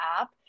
app